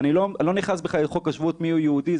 ואני לא נכנס בכלל לחוק השבות ומיהו יהודי,